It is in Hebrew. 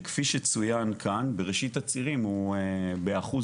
וכפי שצויין כאן בראשית הצירים הוא באחוז